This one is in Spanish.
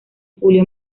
julio